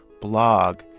blog